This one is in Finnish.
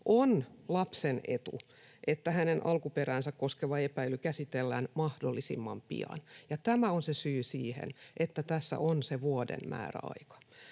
On lapsen etu, että hänen alkuperäänsä koskeva epäily käsitellään mahdollisimman pian, ja tämä on syy siihen, että tässä on se vuoden määräaika.